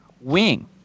Wing